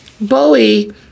Bowie